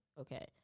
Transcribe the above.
Okay